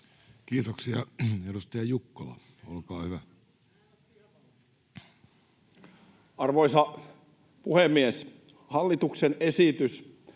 Kiitoksia. — Edustaja Kivelä, olkaa hyvä. Arvoisa puhemies! Hallituksen esityksessä